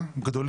התעשיינים.